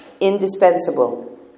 Indispensable